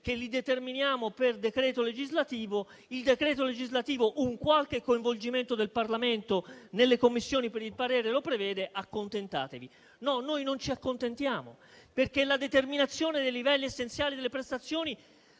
che li determiniamo per decreto legislativo. Il decreto legislativo un qualche coinvolgimento del Parlamento nelle Commissioni per il parere lo prevede e, dunque, dovremmo accontentarci. No, noi non ci accontentiamo, perché la determinazione dei livelli essenziali delle prestazioni